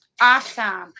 Awesome